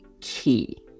key